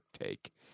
take